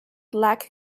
lack